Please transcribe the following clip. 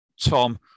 tom